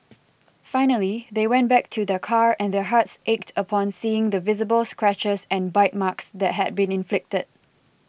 finally they went back to their car and their hearts ached upon seeing the visible scratches and bite marks that had been inflicted